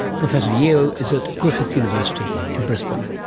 professor yeo is at griffith university in brisbane.